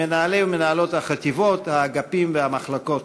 למנהלי ומנהלות החטיבות, האגפים והמחלקות,